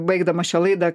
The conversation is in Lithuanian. baigdama šią laidą